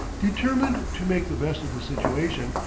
determined to make the best of the situation,